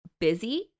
busy